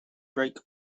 break